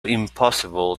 impossible